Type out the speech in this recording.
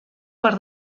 per